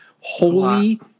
Holy